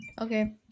Okay